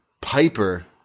Piper